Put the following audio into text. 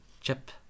chip